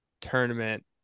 tournament